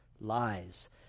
lies